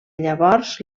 llavors